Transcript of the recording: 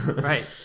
Right